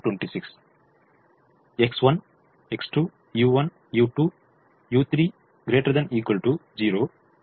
X1X2 u1 u2u3 ≥ 0 கிடைக்கிறது